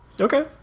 Okay